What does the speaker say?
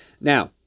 Now